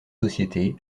société